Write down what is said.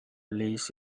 lease